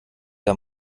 der